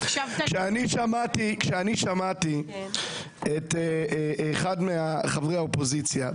כשאני שמעתי את אחד מחברי האופוזיציה,